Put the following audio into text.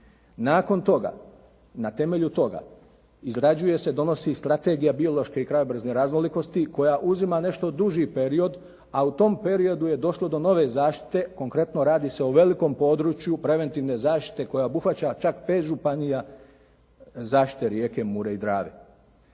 Nakon toga, na temelju toga izrađuje se i donosi strategija biološke i krajobrazne raznolikosti koja uzima nešto duži period a u tom periodu je došlo do nove zaštite. Konkretno radi se o velikom području preventivne zaštite koja obuhvaća čak 5 županija zaštite rijeke Mure i Drave.